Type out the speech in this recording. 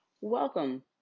welcome